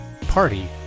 party